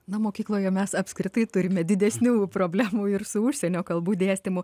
na mokykloje mes apskritai turime didesnių problemų ir su užsienio kalbų dėstymu